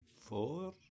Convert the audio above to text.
Four